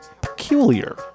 peculiar